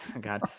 God